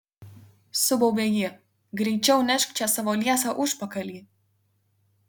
subaubė ji greičiau nešk čia savo liesą užpakalį